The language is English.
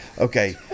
okay